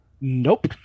Nope